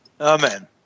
Amen